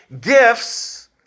gifts